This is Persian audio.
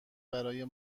برای